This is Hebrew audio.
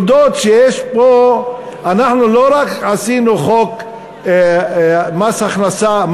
אנחנו לא רק עשינו חוק מס הכנסה,